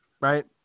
Right